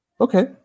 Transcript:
Okay